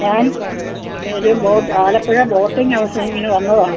ഞാൻ പെരും boat Alappuzha boating ഹൗസിംഗിന് വന്നത് ആണ്